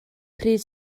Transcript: pryd